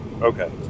Okay